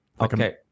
Okay